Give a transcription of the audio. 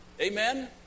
Amen